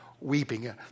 weeping